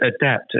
adapt